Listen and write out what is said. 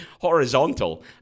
horizontal